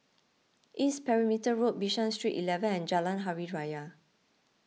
East Perimeter Road Bishan Street eleven and Jalan Hari Raya